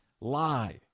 lie